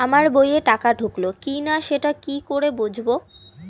আমার বইয়ে টাকা ঢুকলো কি না সেটা কি করে বুঝবো?